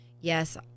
Yes